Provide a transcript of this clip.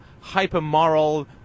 hyper-moral